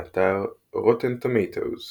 באתר Rotten Tomatoes